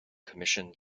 commissioned